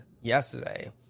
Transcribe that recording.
yesterday